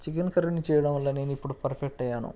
chicken కర్రీని చెయ్యడంలో నేను ఇప్పుడు పర్ఫెక్ట్ అయ్యాను